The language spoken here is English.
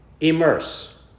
immerse